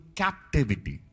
captivity